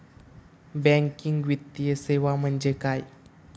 Banking वित्तीय सेवा म्हणजे काय?